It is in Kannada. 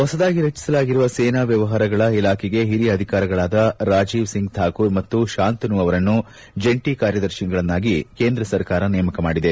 ಹೊಸದಾಗಿ ರಚಿಸಲಾಗಿರುವ ಸೇನಾ ವ್ಯವಹಾರಗಳ ಇಲಾಖೆಗೆ ಹಿರಿಯ ಅಧಿಕಾರಿಗಳಾದ ರಾಜೀವ್ ಸಿಂಗ್ ಠಾಕೂರ್ ಮತ್ತು ಶಾಂತನು ಅವರನ್ನು ಜಂಟಿ ಕಾರ್ಯದರ್ತಿಗಳನ್ನಾಗಿ ಕೇಂದ್ರ ಸರ್ಕಾರ ನೇಮಕ ಮಾಡಿದೆ